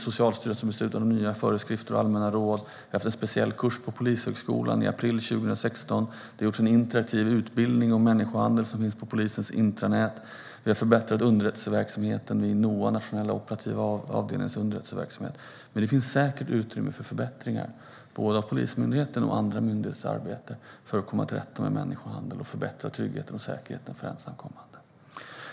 Socialstyrelsen har beslutat om nya föreskrifter och allmänna råd. Vi hade i april 2016 en speciell kurs på polishögskolan. Det har gjorts en interaktiv utbildning om människohandel som finns på polisens intranät. Vi har förbättrat underrättelseverksamheten vid NOA, Nationella operativa avdelningen. Det finns säkert utrymme för förbättringar både av Polismyndighetens och andra myndigheters arbete för att komma till rätta med människohandel och förbättra tryggheten och säkerheten för ensamkommande.